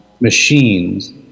machines